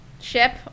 ship